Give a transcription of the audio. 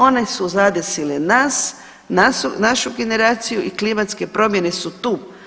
One su zadesile nas, našu generaciju i klimatske promjene su tu.